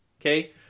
okay